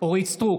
אורית מלכה סטרוק,